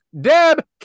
Deb